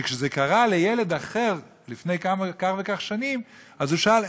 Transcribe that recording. שכאשר זה קרה לילד אחר לפני כך וכך שנים אז הוא שאל,